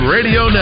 Radio